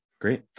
great